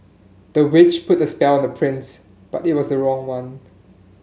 the witch put a spell on the prince but it was a wrong one